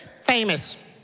famous